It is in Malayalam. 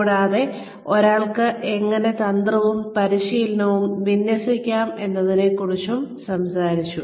കൂടാതെ ഒരാൾക്ക് എങ്ങനെ തന്ത്രവും പരിശീലനവും വിന്യസിക്കാം എന്നതിനെക്കുറിച്ചും സംസാരിച്ചു